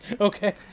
okay